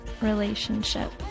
relationship